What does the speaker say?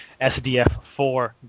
SDF-4